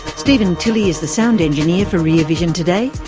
stephen tilly is the sound engineer for rear vision today.